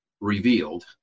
revealed